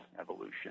evolution